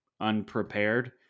unprepared